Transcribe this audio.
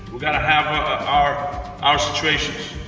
gonna have ah our our situations.